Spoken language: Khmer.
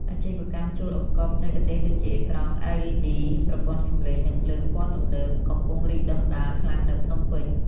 អាជីវកម្មជួលឧបករណ៍បច្ចេកទេស ដូចជា អេក្រង់ LED ប្រព័ន្ធសម្លេង និងភ្លើងពណ៌ទំនើប កំពុងរីកដុះដាលខ្លាំងនៅភ្នំពេញ។